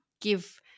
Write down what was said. give